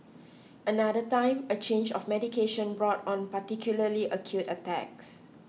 another time a change of medication brought on particularly acute attacks